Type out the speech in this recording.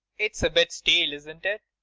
it is a bit stale, isn't it?